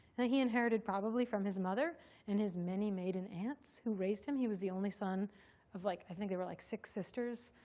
and he inherited probably from his mother and his many maiden aunts who raised him he was the only son of like i think there were like six sisters.